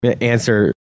Answer